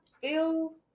feel